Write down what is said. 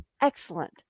excellent